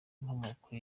inkomoko